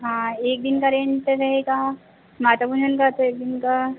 हाँ एक दिन का रेंट रहेगा माता पूजन का तो एक दिन का